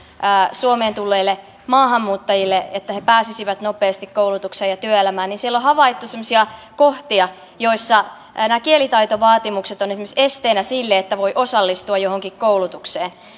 suomeen tulleille maahanmuuttajille että he pääsisivät nopeasti koulutukseen ja työelämään niin siellä on havaittu semmoisia kohtia joissa nämä kielitaitovaatimukset ovat esimerkiksi esteenä sille että voi osallistua johonkin koulutukseen